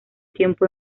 tiempo